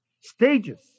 stages